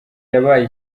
yabaye